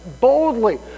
boldly